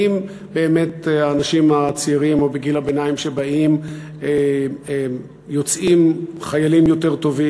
האם באמת האנשים הצעירים או בגיל הביניים יוצאים חיילים יותר טובים,